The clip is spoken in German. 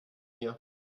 mir